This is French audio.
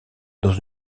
dans